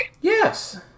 Yes